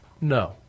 no